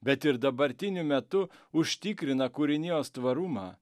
bet ir dabartiniu metu užtikrina kūrinijos tvarumą